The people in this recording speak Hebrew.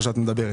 בבקשה.